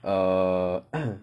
err